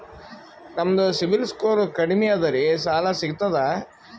ನಮ್ದು CIBIL score ಕಡಿಮಿ ಅದರಿ ಸಾಲಾ ಸಿಗ್ತದ?